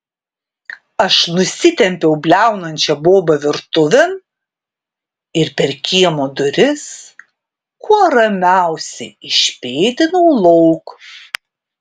aš nusitempiau bliaunančią bobą virtuvėn ir per kiemo duris kuo ramiausiai išpėdinau lauk